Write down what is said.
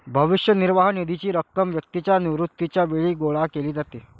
भविष्य निर्वाह निधीची रक्कम व्यक्तीच्या निवृत्तीच्या वेळी गोळा केली जाते